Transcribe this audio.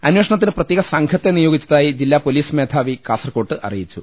അന്വേഷണത്തിന് പ്രത്യേക സംഘത്തെ നിയോ ഗിച്ചതായി ജില്ലാ പൊലീസ് മേധാവി കാസർക്കോട്ട് അറിയിച്ചു